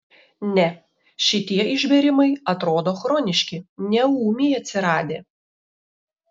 ne šitie išbėrimai atrodo chroniški ne ūmiai atsiradę